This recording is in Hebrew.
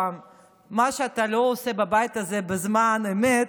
מה שאתה לא עושה בבית הזה בזמן אמת,